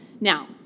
Now